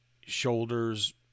shoulders